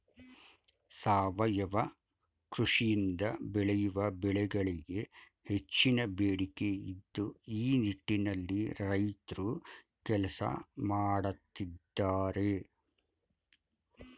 ಸಾವಯವ ಕೃಷಿಯಿಂದ ಬೆಳೆಯುವ ಬೆಳೆಗಳಿಗೆ ಹೆಚ್ಚಿನ ಬೇಡಿಕೆ ಇದ್ದು ಈ ನಿಟ್ಟಿನಲ್ಲಿ ರೈತ್ರು ಕೆಲಸ ಮಾಡತ್ತಿದ್ದಾರೆ